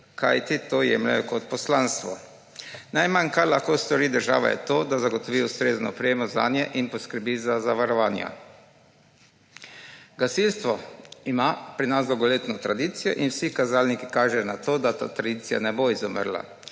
saj to jemljejo kot poslanstvo. Najmanj, kar lahko stori država, je to, da zagotovi ustrezno opremo zanje in poskrbi za zavarovanja. Gasilstvo ima pri nas dolgoletno tradicijo in vsi kazalniki kažejo, da ta tradicija ne bo izumrla.